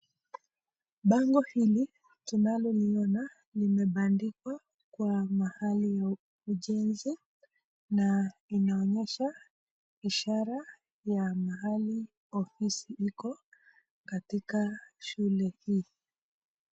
Bango hili tunalo liona limebandikwa kwa mahali ya ujenzi na inaonyesha ishara ya mahali ofisi iko katika shule hii.